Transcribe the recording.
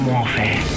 Warfare